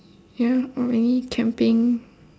ya or maybe camping